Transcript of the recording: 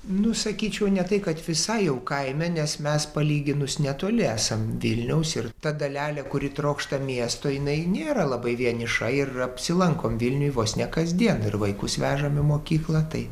nu sakyčiau ne tai kad visai jau kaime nes mes palyginus netoli esam vilniaus ir ta dalelė kuri trokšta miesto jinai nėra labai vieniša ir apsilankom vilniuje vos ne kasdien ir vaikus vežame į mokyklą tai